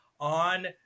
on